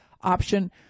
option